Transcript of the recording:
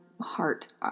heart